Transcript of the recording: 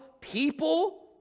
people